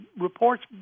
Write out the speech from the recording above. reports